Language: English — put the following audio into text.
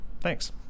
Thanks